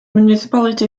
municipality